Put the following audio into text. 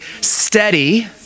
steady